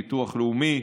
ביטוח לאומי,